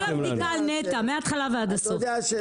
כל הבדיקה על נת"ע מהתחלה ועד הסוף,